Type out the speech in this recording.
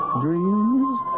dreams